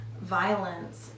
violence